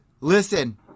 Listen